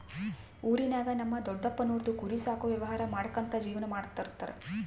ಊರಿನಾಗ ನಮ್ ದೊಡಪ್ಪನೋರು ಕುರಿ ಸಾಕೋ ವ್ಯವಹಾರ ಮಾಡ್ಕ್ಯಂತ ಜೀವನ ಮಾಡ್ತದರ